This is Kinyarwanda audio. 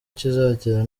kizagera